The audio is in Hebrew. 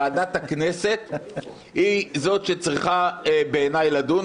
ועדת הכנסת היא זאת שצריכה לדון,